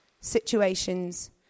situations